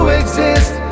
exist